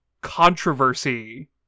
controversy